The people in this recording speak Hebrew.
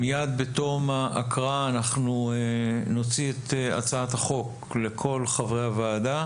מיד בתום ההקראה אנחנו נוציא את הצעת החוק לכל חברי הוועדה